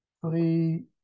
three